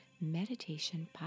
Meditation